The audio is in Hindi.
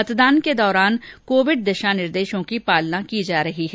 मतदान के दौरान कोविड के दिशा निर्देशों की पालना की जा रही है